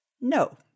No